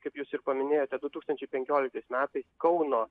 kaip jūs ir paminėjote du tūkstančiai penkioliktais metais kauno